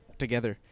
together